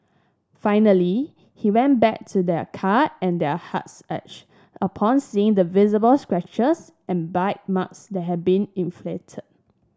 finally he went back to their car and their hearts ached upon seeing the visible scratches and bite marks that had been inflicted